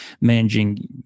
managing